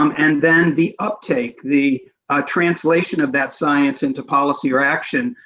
um and then the uptake, the translation of that science into policy or action,